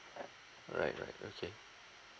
right right okay